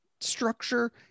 structure